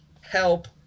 help